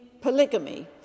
polygamy